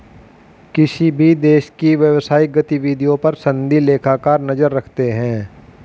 किसी भी देश की व्यवसायिक गतिविधियों पर सनदी लेखाकार नजर रखते हैं